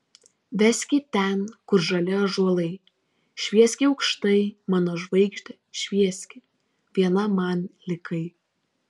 veski ten kur žali ąžuolai švieski aukštai mano žvaigžde švieski viena man likai